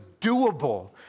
doable